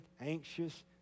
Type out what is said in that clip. anxious